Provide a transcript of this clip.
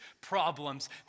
problems